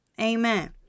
Amen